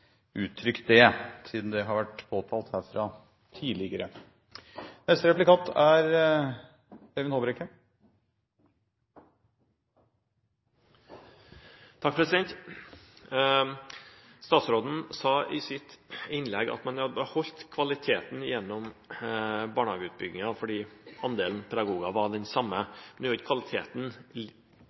uttrykt det, siden det har vært påtalt herfra tidligere. Statsråden sa i sitt innlegg at man har beholdt kvaliteten gjennom barnehageutbyggingen fordi andelen pedagoger var den samme. Nå er jo «kvalitet» et bredere begrep enn andelen pedagoger. Statsråden var litt mer nyansert i